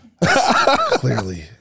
Clearly